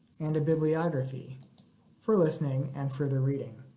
and a bibliography for listening and further reading.